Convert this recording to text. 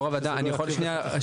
יו"ר הוועדה, אני יכול להתייחס?